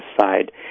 side